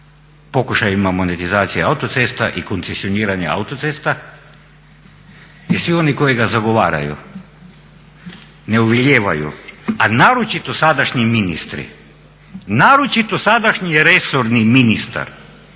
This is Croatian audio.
pokušajima monetizacije autocesta i koncesijoniranja autocesta i svi oni koji ga zagovaraju ne ulijevaju, a naročito sadašnji ministri, naročito sadašnji resorni ministar